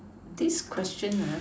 this question